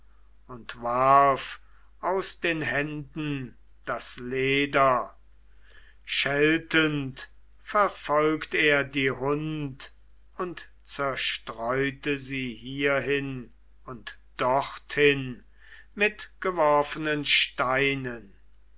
und warf aus den händen das leder scheltend verfolgt er die hund und zerstreute sie hierhin und dorthin mit geworfenen steinen